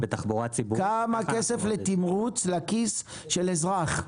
כמה כסף לתמרוץ לכיס של אזרח?